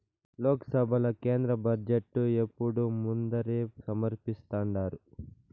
లోక్సభల కేంద్ర బడ్జెటు ఎప్పుడూ ముందరే సమర్పిస్థాండారు